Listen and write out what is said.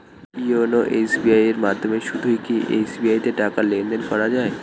YONO SBI এর মাধ্যমে শুধুই কি এস.বি.আই তে টাকা লেনদেন করা যায়?